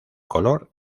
color